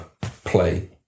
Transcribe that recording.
play